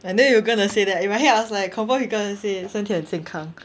I knew you were going to say that in my head I was like confirm he gonna say 身体很健康